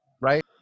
right